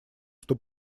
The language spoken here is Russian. что